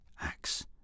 axe